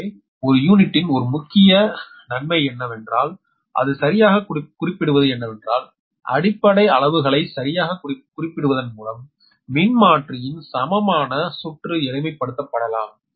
எனவே ஒரு யூனிட்டின் ஒரு முக்கிய நன்மை என்னவென்றால் அது சரியாகக் குறிப்பிடுவது என்னவென்றால் அடிப்படை அளவுகளை சரியாகக் குறிப்பிடுவதன் மூலம் மின்மாற்றியின் சமமான சுற்று எளிமைப்படுத்தப்படலாம்